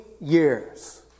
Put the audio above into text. years